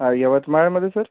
हा यवतमाळमध्ये सर